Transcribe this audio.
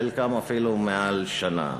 חלקם אפילו יותר משנה,